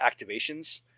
activations